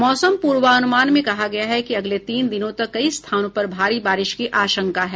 मौसम पूर्वानुमान में कहा गया है कि अगले तीन दिनों तक कई स्थानों पर भारी बारिश की आशंका है